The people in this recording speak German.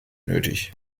nötig